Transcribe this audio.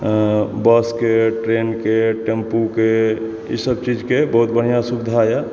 बसके ट्रेनके टेम्पोके ईसब चीज़के बहुत बढ़िऑं सुविधा यऽ